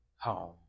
home